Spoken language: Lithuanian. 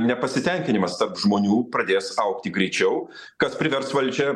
nepasitenkinimas tarp žmonių pradės augti greičiau kas privers valdžią